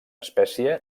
espècie